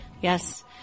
Yes